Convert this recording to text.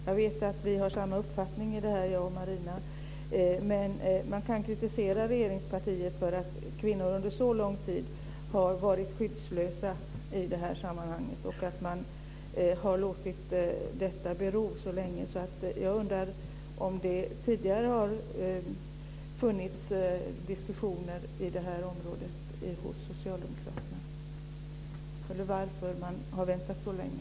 Jag vet att jag och Marina har samma uppfattning om det här, men man kan kritisera regeringspartiet för att kvinnor under så lång tid har varit skyddslösa i det här sammanhanget och för att man låtit detta bero så länge. Jag undrar om det tidigare har funnits diskussioner på det här området hos socialdemokraterna. Varför har man väntat så länge?